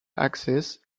access